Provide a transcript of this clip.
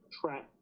track